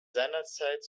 seinerzeit